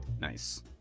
Nice